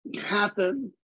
happen